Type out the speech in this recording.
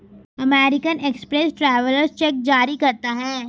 American Express travellers cheque जारी करता है